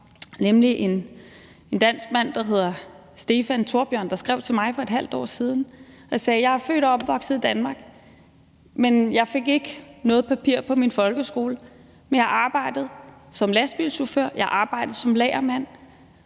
en dansk mand, der hedder Stefan Thorbjørn, der skrev til mig for et halvt år siden og sagde: Jeg er født og opvokset i Danmark, men jeg ikke fik noget papir på min folkeskole. Men jeg har arbejdet som lastbilchauffør, og jeg har arbejdet som lagermand,